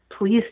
please